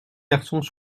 garçons